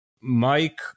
Mike